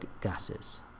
gases